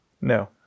No